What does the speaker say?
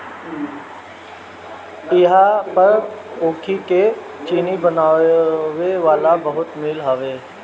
इहां पर ऊखी के चीनी बनावे वाला बहुते मील हवे